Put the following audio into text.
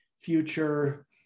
future